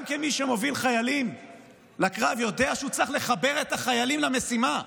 גם מי שמוביל חיילים לקרב יודע שהוא צריך לחבר את החיילים למשימה,